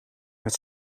met